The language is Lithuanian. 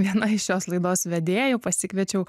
viena iš šios laidos vedėjų pasikviečiau